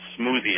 smoothie